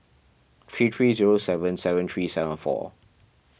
three three zero seven seven three seven four